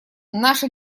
наша